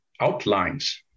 outlines